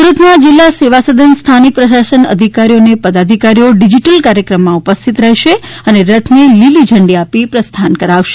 સુરતમાં જિલ્લા સેવા સદન સ્થાનિક પ્રશાસનના અધિકારીઓ અને પદાધિકારીઓ ડિજીટલ કાર્યક્રમમાં ઉપસ્થિત રહેશે અને રથને લીલી ઝંડી આપી પ્રસ્થાન કરાવશે